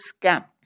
scam